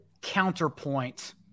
counterpoint